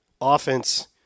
offense –